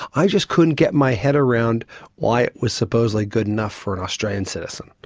i just couldn't get my head around why it was supposedly good enough for an australian citizen.